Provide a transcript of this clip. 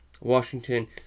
Washington